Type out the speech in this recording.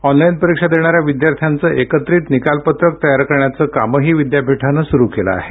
online परीक्षा देणार्यात विद्यार्थ्यांचं एकत्रित निकालपत्रक तयार करण्याचं कामही विद्यापीठानं सुरु केले आहे